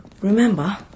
remember